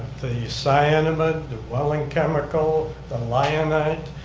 the cyanamid, the welling chemical, the lionite.